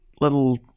little